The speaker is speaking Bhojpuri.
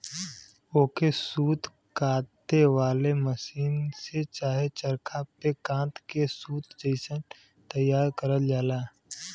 ओके सूत काते वाले मसीन से चाहे चरखा पे कात के सूत जइसन तइयार करल जाला